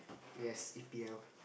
yes E_P_L